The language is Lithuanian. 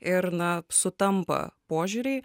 ir na sutampa požiūriai